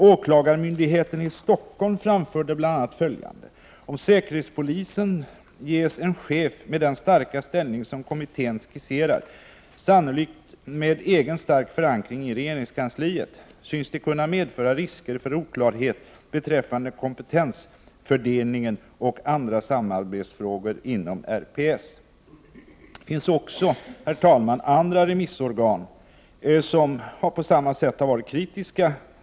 Åklagarmyndigheten i Stockholm framförde bl.a. följande: ”Om säkerhetspolisen ges en chef med den starka ställning som kommittén skisserar, sannolikt med egen stark förankring i regeringskansliet, synes det kunna medföra risker för oklarhet beträffande kompetensfördelningen och andra samarbetsfrågor inom RPS.” Det finns också, herr talman, andra remissorgan som på samma sätt har varit kritiska.